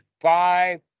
five